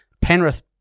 Penrith